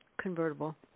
convertible